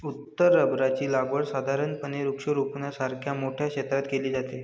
उत्तर रबराची लागवड साधारणपणे वृक्षारोपणासारख्या मोठ्या क्षेत्रात केली जाते